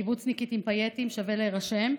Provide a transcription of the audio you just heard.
קיבוצניקית עם פייטים, שווה להירשם,